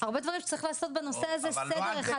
הרבה דברים שצריך לעשות בנושא הזה סדר אחד גדול.